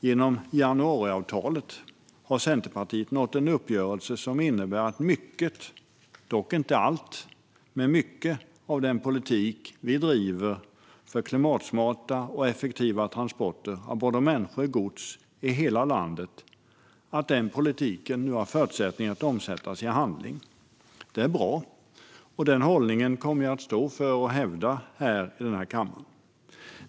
Genom januariavtalet har Centerpartiet nått en uppgörelse som innebär att mycket, dock inte allt, av den politik vi driver för klimatsmarta och effektiva transporter av både människor och gods i hela landet nu har förutsättningar att omsättas i handling. Det är bra. Denna hållning kommer jag att stå för och hävda här i kammaren.